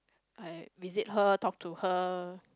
I visit her talk to her